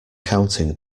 counting